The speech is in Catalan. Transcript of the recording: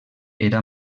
era